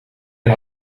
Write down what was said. een